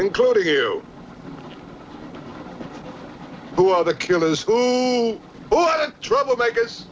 including you who are the killers who troublemakers